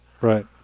Right